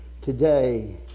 today